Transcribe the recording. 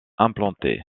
implantés